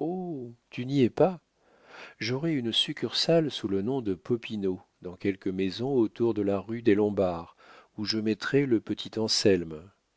oh tu n'y es pas j'aurai une succursale sous le nom de popinot dans quelque maison autour de la rue des